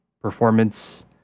performance